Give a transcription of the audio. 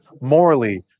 morally